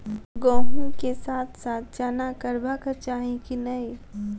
गहुम केँ साथ साथ चना करबाक चाहि की नै?